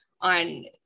on